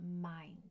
mind